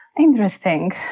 Interesting